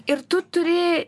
ir tu turi